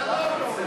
אתה לא רוצה.